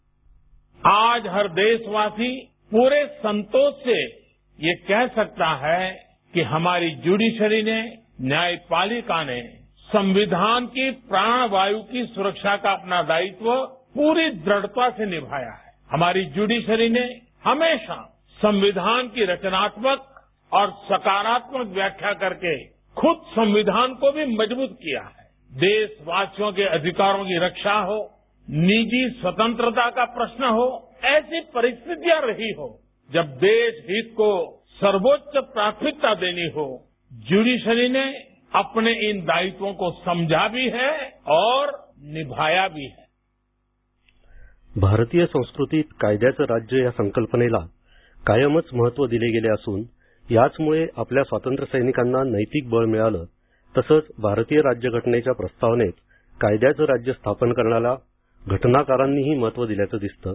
ध्वनी आज हर देशवासी पूरे संतोष से ये कह सकता है कि हमारी ज्यूडिशरी ने न्यायपालिका ने संविधान की प्राण वायु की सुरक्षा का अपना दायित्व पूरी दृढ़ता से निभाया है हमारी ज्यूडिशरी ने हमेशा संविधान की रचनात्मक और सकारात्मक व्याख्या करके खुद संविधान को भी मजबूत किया है देशवासियों के अधिकारों की रक्षा हो निजी स्वतंत्रता का प्रश्न हो ऐसी परिस्थितियां रही हों जब देश हित को सर्वोच्च प्राथमिकता देनी हो ज्यूडिशरी ने अपने इन दायित्वों को समझा भी है और निभाया भी है भारतीय संस्कृतीत कायद्याचं राज्य या संकल्पनेला कायमच महत्त्व दिले गेले असून याचमुळे आपल्या स्वातंत्र्य सैनिकांना नैतिक बळ मिळालं तसंच भारतीय राज्यघटनेच्या प्रस्तावनेत कायद्याचं राज्य स्थापन करण्याला घटनाकारांनीही महत्त्व दिल्याचं दिसतं